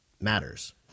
matters